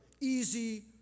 easy